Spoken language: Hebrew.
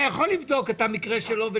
אתה יכול לבדוק את המקרה שלו?